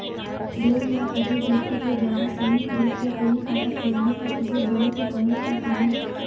दो या अधिक व्यक्ति के द्वारा संयुक्त रूप से कोई खाता खोलने पर उसे जॉइंट अकाउंट कहते हैं